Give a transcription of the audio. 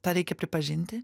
tą reikia pripažinti